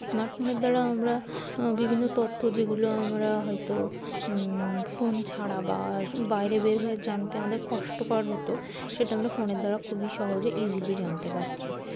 smart ফোনের দ্বারা আমরা বিভিন্ন তথ্য যেগুলো আমরা হয়তো ফোন ছাড়া বা বাইরে বের হয়ে জানতে আমাদের কষ্টকর হতো সেটা আমরা ফোনের দ্বারা খুবই সহজে ইজিলি জানতে পারছি